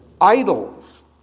Idols